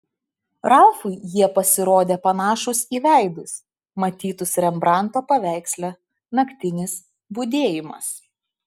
ralfui jie pasirodė panašūs į veidus matytus rembranto paveiksle naktinis budėjimas